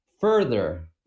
further